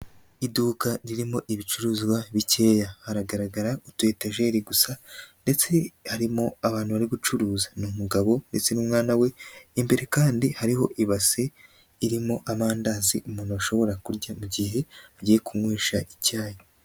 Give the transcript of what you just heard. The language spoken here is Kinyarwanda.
Iduka ririmo ibicuruzwa bikeya, hagaragara itetejeri gusa ndetse harimo abantu bari gucuruza ni umugabo ndetse n'umwana we, imbere kandi hariho ibasi irimo amandazi umuntu ashobora kurya mugihe agiye kunywesha icyayi.